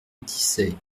dissay